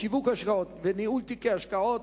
בשיווק השקעות ובניהול תיקי השקעות